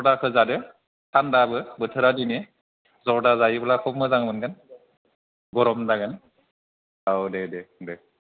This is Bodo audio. जरदाखौ जादो थान्दाबो बोथोरा दिनै जरदा जायोब्ला खुब मोजां मोनगोन गरम जागोन औ दे दे